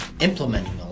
implementing